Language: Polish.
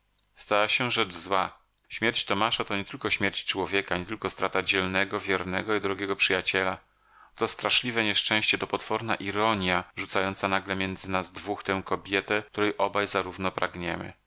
stała się rzecz zła śmierć tomasza to nie tylko śmierć człowieka nie tylko strata dzielnego wiernego i drogiego przyjaciela to straszliwe nieszczęście to potworna ironja rzucająca nagle między nas dwóch tę kobietę której obaj zarówno pragniemy